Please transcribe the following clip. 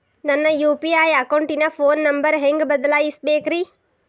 ನನ್ನ ಯು.ಪಿ.ಐ ಅಕೌಂಟಿನ phone number ಹೆಂಗ್ ಬದಲಾಯಿಸ ಬೇಕ್ರಿ?